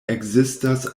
ekzistas